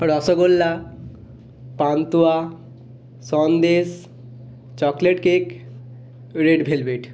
rasgulla pantua sandesh chocolate cake red velvet